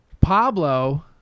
Pablo